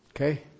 Okay